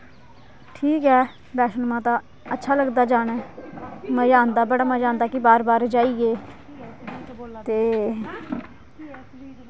ठीक ऐ बैष्णो माता अच्छा लगदा जाना मजा आंदा बड़ा मजा आंदा कि बार बार जाइये ते